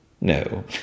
No